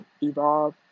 evolve